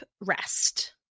Rest